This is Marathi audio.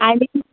आणि